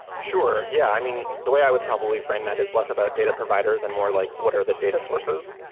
sure. yeah. i mean, the way i would probably frame that is less about data providers and more like what are the data sources.